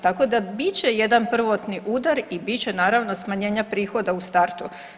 Tako da bit će jedan prvotni udar i bit će naravno smanjenja prihoda u startu.